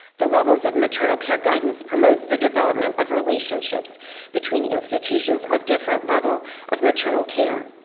the levels of maternal care guidance promotes the development of relationships between institutions of different level of maternal care.